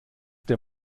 der